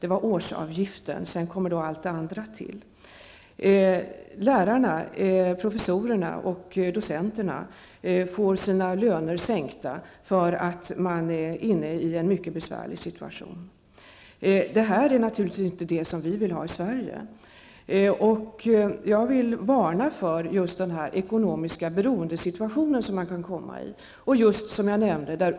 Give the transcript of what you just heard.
Till detta belopp kommer alla övriga utgifter. Lärarna, professorerna och docenterna har fått sina löner sänkta därför att man är inne i en mycket besvärlig ekonomisk situation. Det här är naturligtvis inte vad vi vill ha i Sverige. Jag vill varna för just den ekonomiska beroendesituation som man kan hamna i.